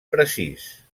precís